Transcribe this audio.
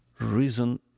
reason